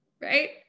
right